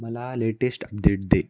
मला latest update दे